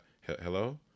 Hello